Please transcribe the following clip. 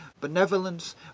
benevolence